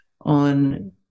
on